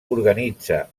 organitza